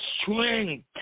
strength